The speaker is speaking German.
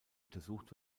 untersucht